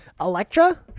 electra